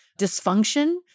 dysfunction